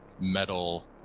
metal